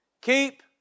Keep